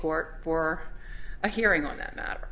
court for a hearing on that